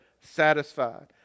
satisfied